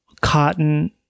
cotton